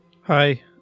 Hi